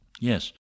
Yes